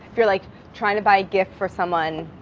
you're like trying to buy a gift for someone